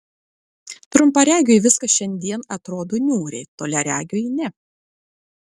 trumparegiui viskas šiandien atrodo niūriai toliaregiui ne